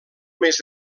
més